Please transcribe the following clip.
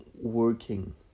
working